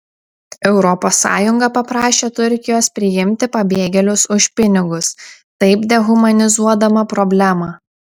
europos sąjunga paprašė turkijos priimti pabėgėlius už pinigus taip dehumanizuodama problemą